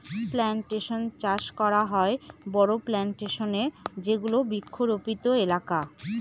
plantation চাষ করা হয় বড়ো প্লানটেশনে যেগুলো বৃক্ষরোপিত এলাকা